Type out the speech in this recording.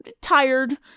tired